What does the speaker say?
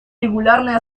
регулярной